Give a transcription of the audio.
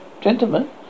gentlemen